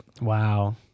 wow